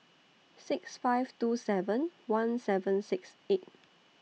six five two seven one seven six eight